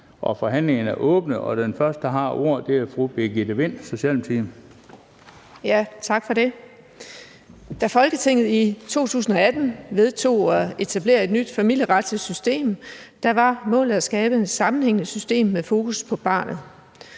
Forhandlingen er åbnet, og den første, der får ordet, er fru Birgitte Vind, Socialdemokratiet. Kl. 11:33 (Ordfører) Birgitte Vind (S): Tak for det. Da Folketinget i 2018 vedtog at etablere et nyt familieretsligt system var målet at skabe et sammenhængende system med fokus på barnet.